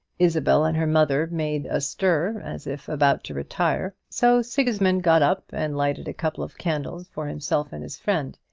isabel and her mother made a stir, as if about to retire so sigismund got up, and lighted a couple of candles for himself and his friend.